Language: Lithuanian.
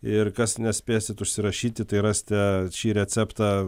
ir kas nespėsit užsirašyti tai rasite šį receptą